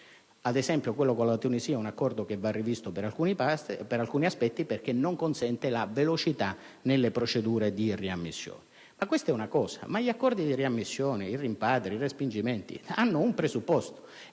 ad esempio, quello con la Tunisia è un accordo che va riconsiderato per alcuni aspetti perché non consente la velocità nelle procedure di riammissione. Questa è una cosa, ma gli accordi di riammissione, i rimpatri, i respingimenti hanno il presupposto